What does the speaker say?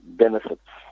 benefits